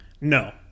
No